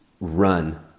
run